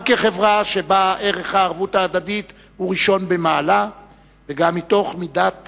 גם כחברה שבה ערך הערבות ההדדית הוא ראשון במעלה וגם מתוך מידת